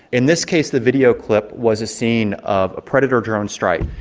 in this case the video clip was a scene of a predator drone strike.